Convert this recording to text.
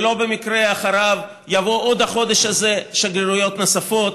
ולא במקרה אחריו יבואו עוד החודש הזה שגרירויות נוספות,